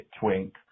twink